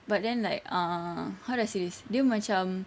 but then like uh how do I say this dia macam